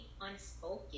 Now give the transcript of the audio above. unspoken